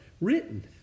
written